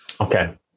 Okay